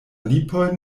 lipoj